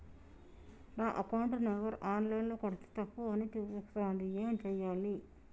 నా account number online ల కొడ్తే తప్పు అని చూపిస్తాంది ఏం చేయాలి?